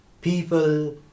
people